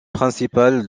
principales